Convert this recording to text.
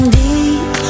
deep